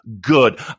good